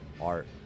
art